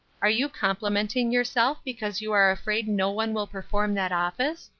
are you complimenting yourself because you are afraid no one will perform that office?